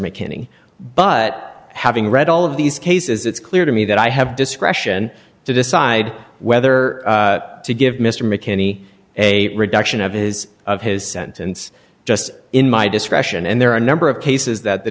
mckinney but having read all of these cases it's clear to me that i have discretion to decide whether to give mr mckinney a reduction of his of his sentence just in my discretion and there are a number of cases that the